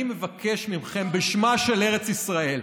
אני מבקש מכם בשמה של ארץ ישראל: